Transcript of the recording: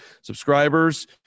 subscribers